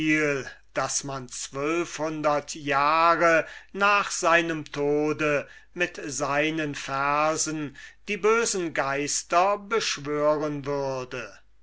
daß man zwölf hundert jahre nach seinem tode mit seinen versen die bösen geister beschwören würde